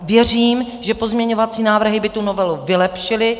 Věřím, že pozměňovací návrhy by tu novelu vylepšily.